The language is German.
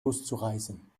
loszureißen